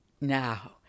Now